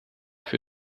für